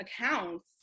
accounts